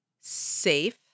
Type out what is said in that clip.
safe